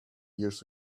years